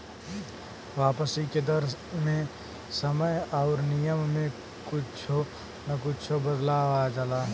वापसी के दर मे समय आउर नियम में कुच्छो न कुच्छो बदलाव आ जाला